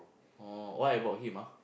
oh why about him ah